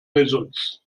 results